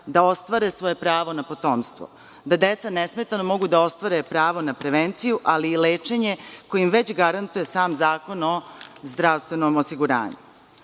da ostvare svoje pravo na potomstvo, da deca nesmetano mogu da ostvare pravo na prevenciju, ali i lečenje, koje im garantuje sam Zakon o zdravstvenom osiguranju. Da